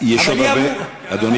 אדוני,